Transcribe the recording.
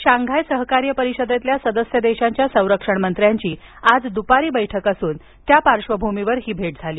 Shanghai सहकार्य परिषदेतील सदस्य देशांच्या संरक्षण मंत्र्यांची आज दुपारी बैठक असून त्या पार्श्वभूमीवर काल ही भेट झाली